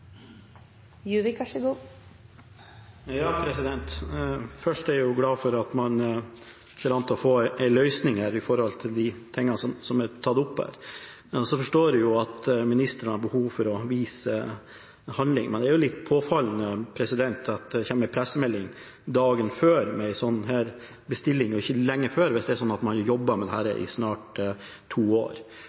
jeg jo glad for at man ser ut til å få en løsning når det gjelder de tingene som er tatt opp. Så forstår jeg at ministeren har behov for å vise til handling, men det er jo litt påfallende at det kommer en pressemelding dagen før med en sånn bestilling og ikke lenge før, hvis det er sånn at man har jobbet med dette i snart to år.